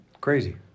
Crazy